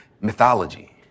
mythology